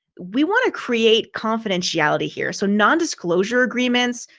we want to create confidentiality here. so nondisclosure agreements,